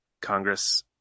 Congress